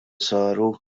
saru